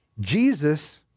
Jesus